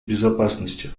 безопасности